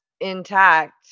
intact